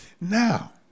Now